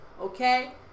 okay